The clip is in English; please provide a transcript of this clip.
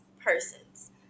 persons